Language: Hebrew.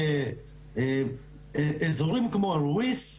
זה אזורים כמו אל-רוריס,